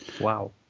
Wow